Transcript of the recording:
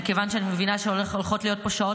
מכיוון שאני מבינה שהולכות להיות פה שעות